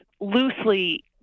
loosely